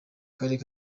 karere